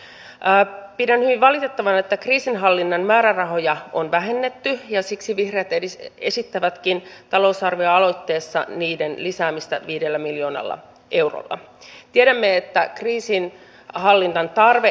ensin tuolla somessa kivitetään aivan sikana ja vihreässä langassa syytetään stubbia valehtelusta otsikkotasolla ja sitten kun huomataan että lähti vähän niin kuin kirves omaan jalkaan niin täällä sitten sovinnollisesti sanotaan että no emme me stubbista halua puhua me haluamme puhua tästä lainvalmistelun avoimuudesta